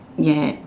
yes